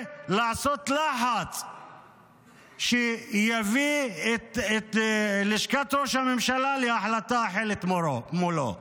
לעשות לחץ שיביא את לשכת ראש הממשלה להחלטה אחרת מולו.